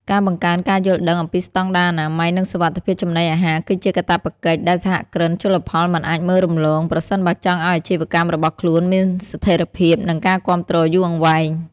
ការបង្កើនការយល់ដឹងអំពីស្តង់ដារអនាម័យ និងសុវត្ថិភាពចំណីអាហារ គឺជាកាតព្វកិច្ចដែលសហគ្រិនជលផលមិនអាចមើលរំលង ប្រសិនបើចង់ឱ្យអាជីវកម្មរបស់ខ្លួនមានស្ថិរភាព និងការគាំទ្រយូរអង្វែង។